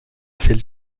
celle